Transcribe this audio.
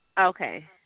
Okay